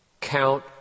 Count